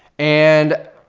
and,